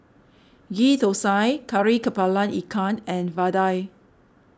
Ghee Thosai Kari Kepala Ikan and Vadai